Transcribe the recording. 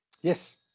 Yes